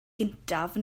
gyntaf